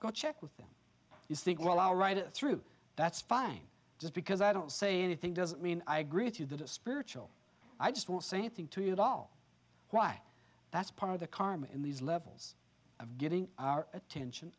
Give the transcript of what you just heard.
go check with them you think well our right through that's fine just because i don't say anything doesn't mean i agree with you that a spiritual i just won't say anything to you at all why that's part of the karma in these levels of getting our attention